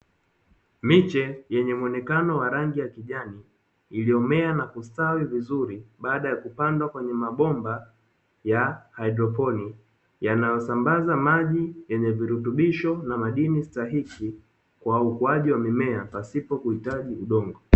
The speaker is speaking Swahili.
Miche yenye muonekano wa rangi ya kijani iliyomea na kustawi vizuri baada ya kupandwa kwenye mabomba ya haidroponi, yanayosambaza maji yenye virutubisho na madini stahiki kwa ukuaji wa mimea pasipo kuhitaji udongo.